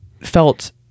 felt